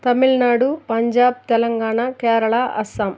Tamil Nadu Punjab Telangana Kerala Assam